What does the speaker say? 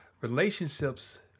Relationships